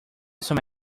some